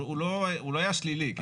הוא לא היה שלילי, כן?